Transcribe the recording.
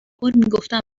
کن، میگفتم